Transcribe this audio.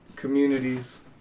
Communities